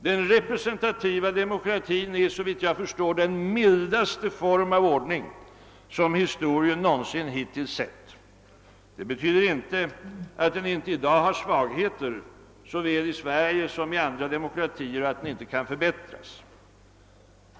Den representativa demokratin är, såvitt jag förstår, den mildaste form av ordning som historien någonsin hittills sett. Det betyder inte att den inte i dag har svagheter, såväl i Sverige som i andra demokratier, och att den inte kan förbättras.